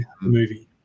movie